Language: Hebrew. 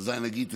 זיינאגיד אטוק,